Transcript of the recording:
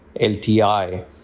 LTI